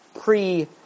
pre